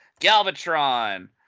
Galvatron